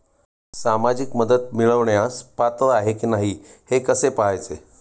सामाजिक मदत मिळवण्यास पात्र आहे की नाही हे कसे पाहायचे?